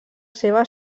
seva